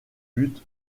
but